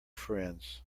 friends